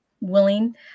willing